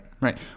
right